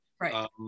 Right